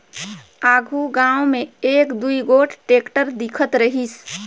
आघु गाँव मे एक दुई गोट टेक्टर दिखत रहिस